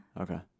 Okay